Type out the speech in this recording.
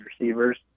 receivers